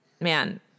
man